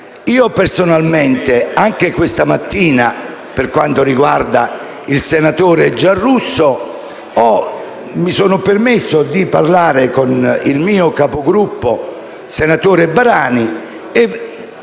Personalmente, anche questa mattina per quanto riguarda il senatore Giarrusso, mi sono permesso di parlare con il mio Capogruppo, senatore Barani, per